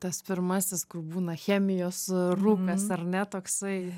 tas pirmasis kur būna chemijos rūkas ar ne toksai